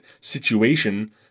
situation